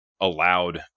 allowed